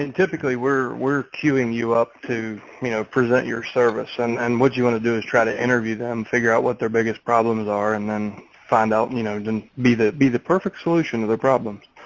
and typically we're we're cueing you up to, you know, present your service. and and what you want to do is try to interview them figure out what their biggest problems are and then find out and you know, just and and be the be the perfect solution to their problems.